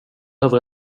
över